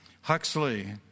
Huxley